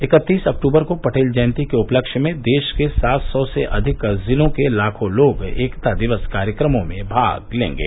इकत्तीस अक्तूबर को पटेल जयंती के उपलक्ष्य में देश के सात सौ से अधिक जिलों के लाखों लोग एकता दिवस कार्यक्रमों में भाग लेंगे